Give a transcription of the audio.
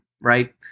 right